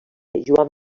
joan